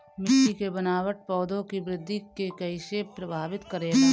मिट्टी के बनावट पौधों की वृद्धि के कईसे प्रभावित करेला?